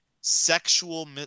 sexual